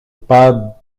pas